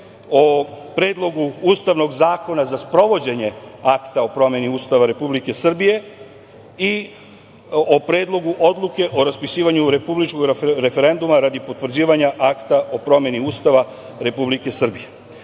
o Predlogu ustavnog zakona za sprovođenje akta o promeni Ustava Republike Srbije i o Predlogu odluke o raspisivanju republičkog referenduma radi potvrđivanja Akta o promeni Ustava Republike Srbije. Time